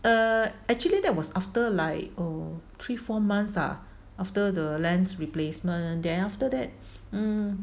err actually that was after like oh three four months lah after the lens replacement then after that mm